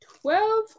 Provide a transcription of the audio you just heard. twelve